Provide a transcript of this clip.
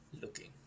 looking